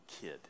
kid